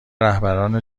رهبران